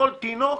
כל תינוק,